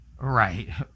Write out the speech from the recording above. Right